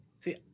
See